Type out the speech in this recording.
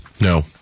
No